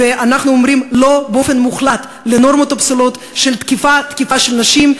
ואנחנו אומרים "לא" באופן מוחלט לנורמות הפסולות של תקיפה של נשים,